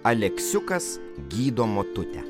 aleksiukas gydo motutę